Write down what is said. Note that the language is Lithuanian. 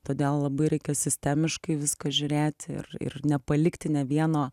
todėl labai reikia sistemiškai viską žiūrėt ir ir nepalikti ne vieno